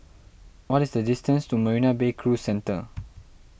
what is the distance to Marina Bay Cruise Centre